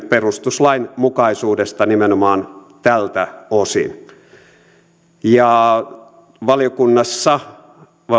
perustuslainmukaisuudesta nimenomaan tältä osin valiokunnassa